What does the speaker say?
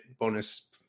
bonus